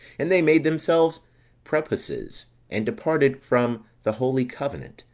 and they made themselves prepuces, and departed from the holy covenant,